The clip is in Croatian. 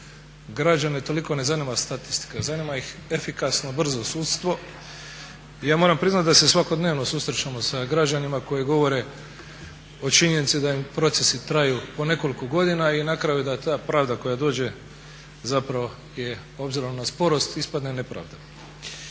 građane toliko ne zanima statistika, zanima efikasno, brzo sudstvo. I ja moram priznati da se svakodnevno susrećemo s građanima koji govore o činjenici da im procesi traju po nekoliko godina i na kraju da ta pravda koja dođe zapravo je obzirom na sporost ispadne nepravda.